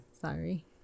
Sorry